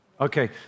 Okay